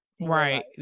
Right